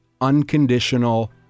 unconditional